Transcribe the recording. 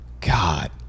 god